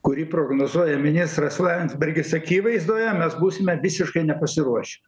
kurį prognozuoja ministras landsbergis akivaizdoje mes būsime visiškai nepasiruošę